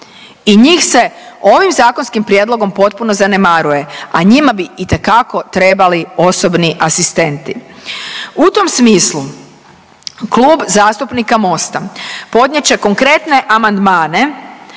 i njih se ovim zakonskim prijedlogom potpuno zanemaruje, a njima bi itekako trebali osobni asistenti. U tom smislu Klub zastupnik Mosta podnijet će konkretne amandmane